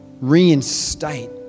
reinstate